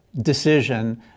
decision